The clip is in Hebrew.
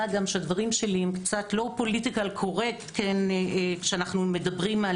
הדברים שלי הם קצת לא פוליטיקלי קורקט כשמדברים רק